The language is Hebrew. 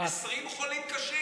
20 חולים קשים,